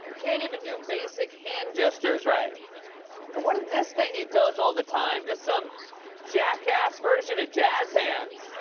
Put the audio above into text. and can't even do basic hand gestures right. and what is this thing he does all the time? just some jackass version of jazz hands.